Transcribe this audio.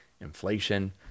inflation